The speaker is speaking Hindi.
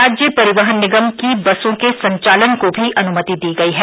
राज्य परिवहन निगम की बसों के संचालन को भी अनुमति दी गयी है